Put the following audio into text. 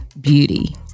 beauty